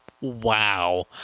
Wow